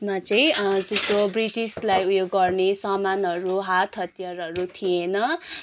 मा चाहिँ त्यस्तो ब्रिटिसलाई उयो गर्ने सामानहरू हातहतियारहरू थिएन